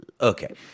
okay